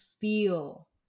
feel